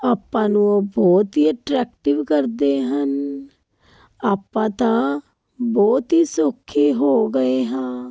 ਆਪਾਂ ਨੂੰ ਉਹ ਬਹੁਤ ਹੀ ਅਟਰੈਕਟਿਵ ਕਰਦੇ ਹਨ ਆਪਾਂ ਤਾਂ ਬਹੁਤ ਹੀ ਸੌਖੇ ਹੋ ਗਏ ਹਾਂ